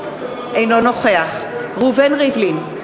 אינו נוכח ראובן ריבלין,